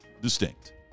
Distinct